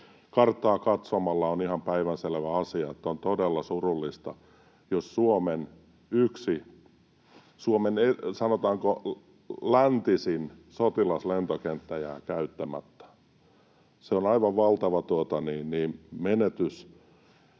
Karttaa katsomalla on ihan päivänselvä asia, että on todella surullista, jos Suomen, sanotaanko, läntisin sotilaslentokenttä jää käyttämättä. Se on aivan valtava menetys,